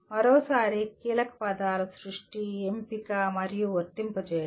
మరోసారి కీలకపదాలు సృష్టి ఎంపిక మరియు వర్తింపజేయడం